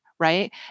Right